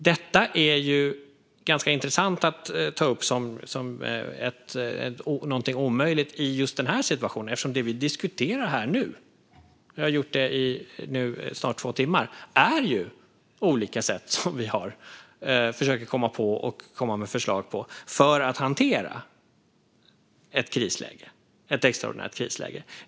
Detta är i just den här situationen ganska intressant att ta upp som något omöjligt, eftersom det som vi nu diskuterar och har diskuterat i snart två timmar är olika sätt och förslag som vi försöker komma på för att hantera ett extraordinärt krisläge.